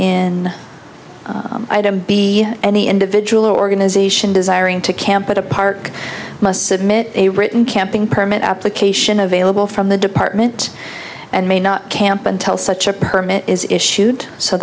the item be any individual organization desiring to camp at a park must submit a written camping permit application available from the department and may not camp until such a permit is issued so